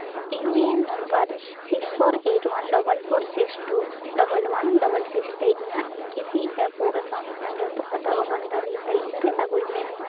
U A N number six four eight one double four six two double one double six ᱛᱮ ᱤᱧᱟᱜ E P F O account ᱠᱷᱚᱱ ᱡᱚᱛᱚ ᱦᱟᱛᱟᱣ ᱟᱠᱟᱱ ᱫᱟᱹᱵᱤ ᱛᱟᱹᱞᱤᱠᱟᱨᱮ ᱟᱹᱜᱩᱭ ᱢᱮ